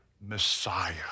Messiah